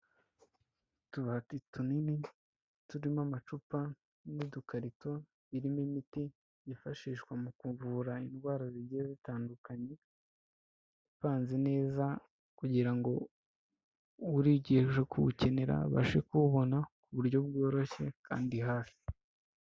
Utubati tunini, turimo amacupa n'udukarito irimo imiti yifashishwa mu kuvura indwara zigiye zitandukanye, ivanze neza kugira ngo urigije kuwukenera abashe kuwubona, ku buryo bworoshye kandi hafi.